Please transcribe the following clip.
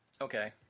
Okay